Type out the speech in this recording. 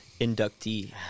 inductee